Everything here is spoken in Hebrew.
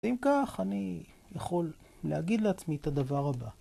אם כך אני יכול להגיד לעצמי את הדבר הבא